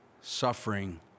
suffering